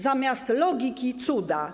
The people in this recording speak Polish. Zamiast logiki - cuda.